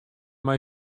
mei